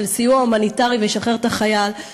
של סיוע הומניטרי וישחרר את החייל,